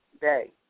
day